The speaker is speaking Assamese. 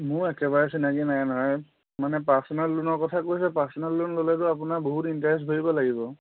মোৰ একেবাৰে চিনাকি নাই নহয় মানে পাৰ্ছনেল ল'নৰ কথা কৈছে পাৰ্ছনেল ল'ন ল'লেতো আপোনাৰ বহুত ইণ্টাৰেষ্ট ভৰিব লাগিব